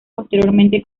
posteriormente